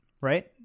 right